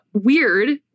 weird